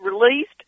released